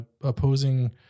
opposing